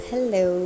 Hello